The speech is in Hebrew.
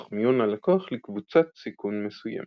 תוך מיון הלקוח לקבוצת סיכון מסוימת.